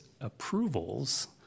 approvals